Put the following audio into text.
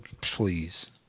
please